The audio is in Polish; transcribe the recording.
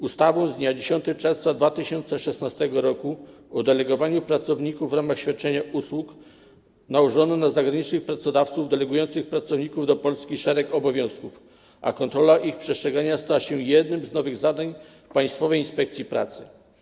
Ustawą z dnia 10 czerwca 2016 r. o delegowaniu pracowników w ramach świadczenia usług nałożono na zagranicznych pracodawców delegujących pracowników do Polski szereg obowiązków, a kontrola ich przestrzegania stała się jednym z nowych zadań Państwowej Inspekcji Pracy.